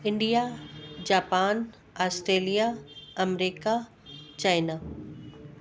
India Japan Australia America China